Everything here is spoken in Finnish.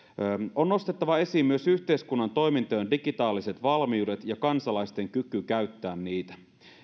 on nostettava esiin myös yhteiskunnan toimintojen digitaaliset valmiudet ja kansalaisten kyky käyttää niitä